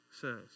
says